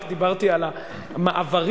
רק דיברתי על המעברים.